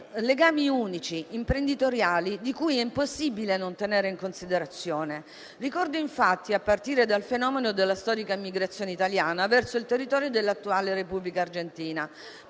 legami unici imprenditoriali che è impossibile non tenere in considerazione, a partire dal fenomeno della storica emigrazione italiana verso il territorio dell'attuale Repubblica Argentina,